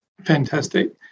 Fantastic